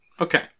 Okay